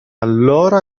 allora